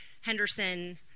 Henderson